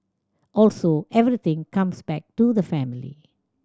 also everything comes back to the family